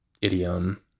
idiom